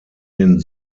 den